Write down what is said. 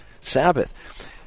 sabbath